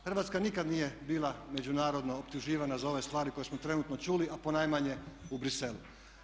Hrvatska nikad nije bila međunarodno optuživana za ove stvari koje smo trenutno čuli, a ponajmanje u Bruxellesu.